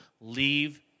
leave